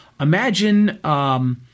imagine